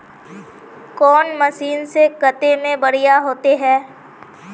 कौन मशीन से कते में बढ़िया होते है?